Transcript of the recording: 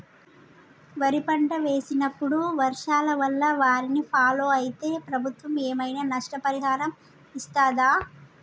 వరి పంట వేసినప్పుడు వర్షాల వల్ల వారిని ఫాలో అయితే ప్రభుత్వం ఏమైనా నష్టపరిహారం ఇస్తదా?